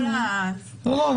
כל הדברים --- לא,